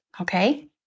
Okay